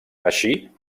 així